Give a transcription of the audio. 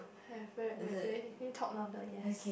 have very very can you talk louder yes